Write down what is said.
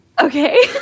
Okay